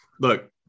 look